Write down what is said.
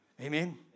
Amen